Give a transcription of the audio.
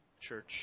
church